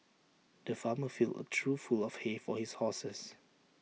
the farmer filled A trough full of hay for his horses